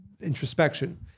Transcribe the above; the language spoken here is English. introspection